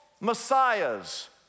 messiahs